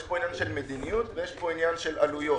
יש פה עניין של מדיניות ויש פה ענין של עלויות.